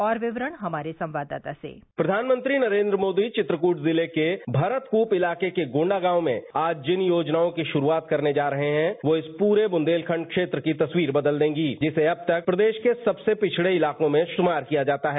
और विवरण हमारे संवाददाता से प्रधानमंत्री नरेन्द्र मोदी वित्रकूट जिले के मरतकूप इलाके के गॉडा गांव में आज जिन योजनायों की शुरुआत करने जा रहे हैं वो इस पूरे बुंदेलखंड क्षेत्र की तस्वीर बदल देंगी जिसे अब तक प्रदेश के सबसे पिछड़े इताकों में शुभार किया जाता है